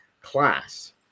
class